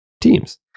teams